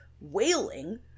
wailing